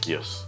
Yes